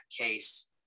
case